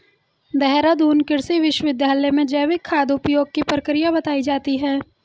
देहरादून कृषि विश्वविद्यालय में जैविक खाद उपयोग की प्रक्रिया बताई जाती है